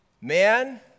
man